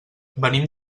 venim